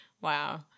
Wow